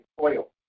oil